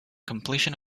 completion